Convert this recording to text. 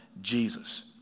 Jesus